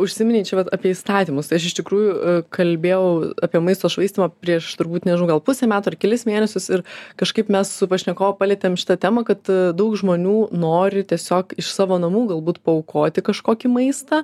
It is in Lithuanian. užsiminei čia vat apie įstatymus tai aš iš tikrųjų kalbėjau apie maisto švaistymą prieš turbūt nežinau gal pusę metų ar kelis mėnesius ir kažkaip mes su pašnekovu palietėm šitą temą kad daug žmonių nori tiesiog iš savo namų galbūt paaukoti kažkokį maistą